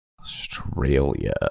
Australia